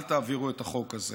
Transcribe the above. אל תעבירו את החוק הזה.